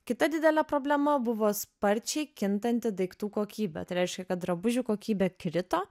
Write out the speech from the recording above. kita didelė problema buvo sparčiai kintanti daiktų kokybė tai reiškia kad drabužių kokybė krito